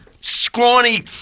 scrawny